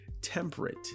temperate